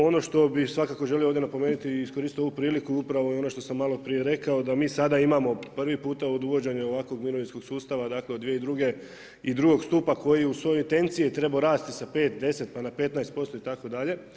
Ono što bih svakako želio ovdje napomenuti i iskoristiti ovu priliku upravo i ono što sam malo prije rekao da mi sada imamo po prvi puta od uvođenja ovakvog mirovinskog sustava, dakle od 2002. i drugog stupa koji je u svojoj intenciji trebao rasti sa 5, 10, pa na 15% itd.